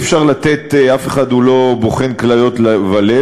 אף אחד הוא לא בוחן כליות ולב,